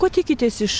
ko tikitės iš